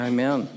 Amen